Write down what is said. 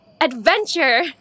Adventure